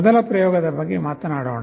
ಮೊದಲ ಪ್ರಯೋಗದ ಬಗ್ಗೆ ಮಾತನಾಡೋಣ